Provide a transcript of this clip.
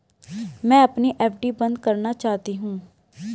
मैं अपनी एफ.डी बंद करना चाहती हूँ